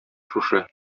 шушы